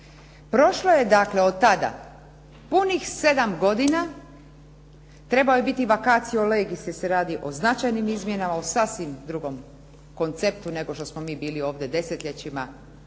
Prošlo je dakle od tada punih 7 godina, trebao je biti vakacio legis jer se radi o značajnim izmjenama, o sasvim drugom konceptu nego što smo mi bili ovdje desetljećima